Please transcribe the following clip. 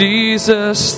Jesus